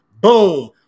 Boom